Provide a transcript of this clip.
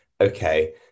okay